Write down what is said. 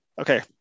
Okay